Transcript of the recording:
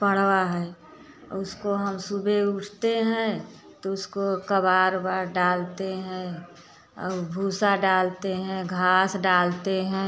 पड़वा है उसको हम सुबह उठते हैं तो उसको कबार ओबार डालते हैं और भूसा डालते हैं घास डालते हैं